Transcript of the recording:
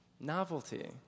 Novelty